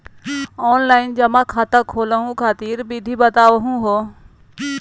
Online जमा खाता खोलहु खातिर विधि बताहु हो?